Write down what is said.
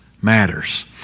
matters